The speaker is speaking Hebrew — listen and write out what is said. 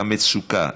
את המצוקה,